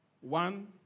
one